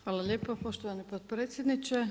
Hvala lijepo, poštovani potpredsjedniče.